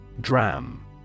DRAM